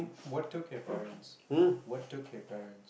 what took at parents